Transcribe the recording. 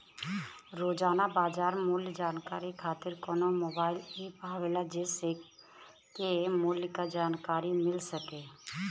रोजाना बाजार मूल्य जानकारी खातीर कवन मोबाइल ऐप आवेला जेसे के मूल्य क जानकारी मिल सके?